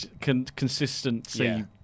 consistency